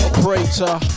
Operator